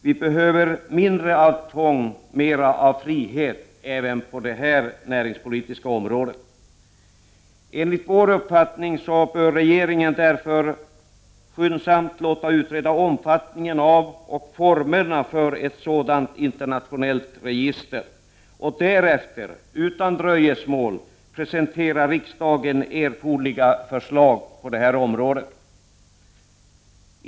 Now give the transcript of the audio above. Vi behöver mindre av tvång, mera av frihet även på det här näringspolitiska området. Enligt vår uppfattning bör regeringen därför skyndsamt låta utreda omfattningen av och formerna för ett sådant internationellt register och därefter utan dröjsmål presentera riksdagen erforderliga förslag.